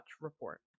report